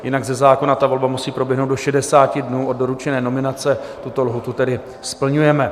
Jinak ze zákona ta volba musí proběhnout do 60 dnů od doručené nominace, tuto lhůtu tedy splňujeme.